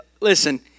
listen